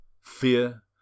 fear